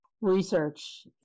research